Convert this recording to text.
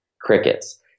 Crickets